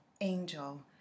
angel